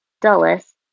Dulles